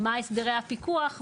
מה הסדרי הפיקוח?